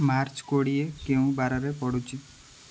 March କୋଡ଼ିଏ କେଉଁ ବାରରେ ପଡ଼ୁଛି